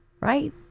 Right